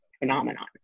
phenomenon